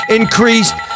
increased